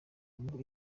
ubu